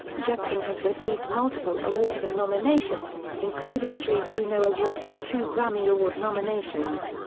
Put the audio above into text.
jepsen has received multiple awards and nominations, including three juno awards and two grammy award nominations.